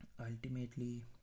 ultimately